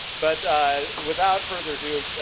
but without further ado,